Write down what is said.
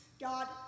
God